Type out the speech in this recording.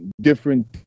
different